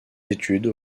études